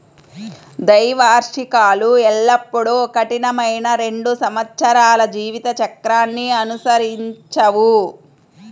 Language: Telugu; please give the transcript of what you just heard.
ద్వైవార్షికాలు ఎల్లప్పుడూ కఠినమైన రెండు సంవత్సరాల జీవిత చక్రాన్ని అనుసరించవు